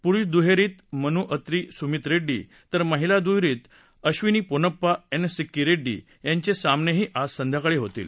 पुरुष दुहेरीत मनु अत्री सुमित रेङ्डी तर महिला दुहेरीत अधिनी पोन्नप्पा एन सिक्की रेङ्डी यांचे सामनेही आज संध्याकाळी होतील